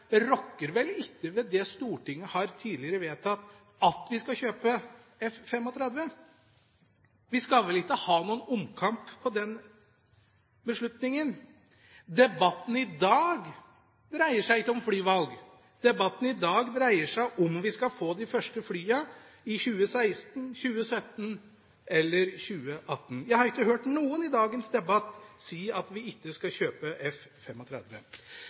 rokker vel ikke ved det Stortinget tidligere har vedtatt, at vi skal kjøpe F-35. Vi skal vel ikke ha noen omkamp på den beslutningen? Debatten i dag dreier seg ikke om flyvalg. Debatten i dag dreier seg om vi skal få de første flyene i 2016, i 2017 eller i 2018. Jeg har ikke hørt noen i dagens debatt si at vi ikke skal kjøpe